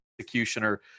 executioner